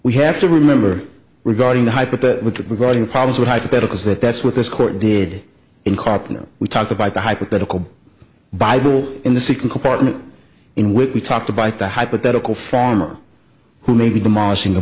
we have to remember regarding the hype that with regarding problems with hypotheticals that that's what this court did in coppinger we talked about the hypothetical bible in the second compartment in which we talked about the hypothetical farmer who may be demolishing the